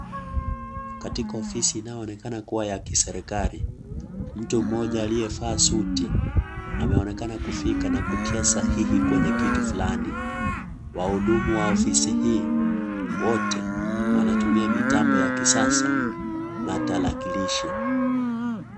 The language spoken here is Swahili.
Katika ofisi inaonekana kuwa ya kiserikali mtu mmoja aliyevaa suti anaonekana kufika na kutia sahihi kwenye kitu fulani. Wahudumu wa ofisi hii wote wanatumia mitambo ya kisasa na tarakilishi.